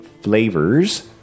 flavors